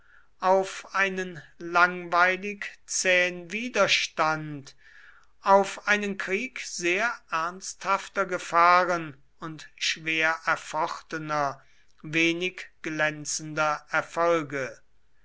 auf einen langweilig zähen widerstand auf einen krieg sehr ernsthafter gefahren und schwer erfochtener wenig glänzender erfolge